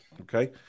Okay